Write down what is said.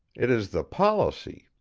it is the policy.